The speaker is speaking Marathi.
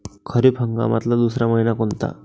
खरीप हंगामातला दुसरा मइना कोनता?